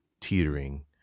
teetering